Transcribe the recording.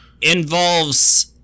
Involves